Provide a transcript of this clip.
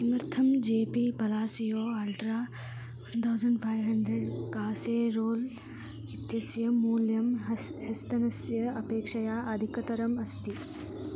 किमर्थं J P Palacio ultra one thousand five hundred casserole इत्यस्य मूल्यं has ह्यस्तनस्य अपेक्षया अधिकतरम् अस्ति